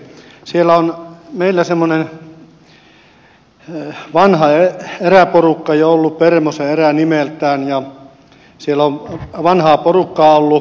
siellä on meillä semmoinen vanha eräporukka ollut permosen erä nimeltään ja siellä on vanhaa porukkaa ollut